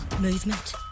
movement